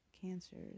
Cancers